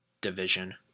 division